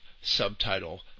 subtitle